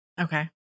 Okay